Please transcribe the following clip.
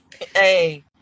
Hey